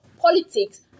politics